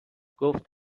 گفت